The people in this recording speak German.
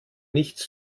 nichts